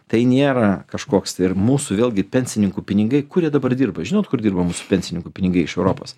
tai nėra kažkoks tai ir mūsų vėlgi pensininkų pinigai kur jie dabar dirba žinot kur dirba mūsų pensininkų pinigai iš europos